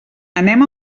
anem